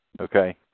Okay